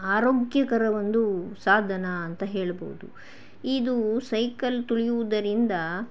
ಆರೋಗ್ಯಕರ ಒಂದು ಸಾಧನ ಅಂತ ಹೇಳಬೌದು ಇದು ಸೈಕಲ್ ತುಳಿಯುವುದರಿಂದ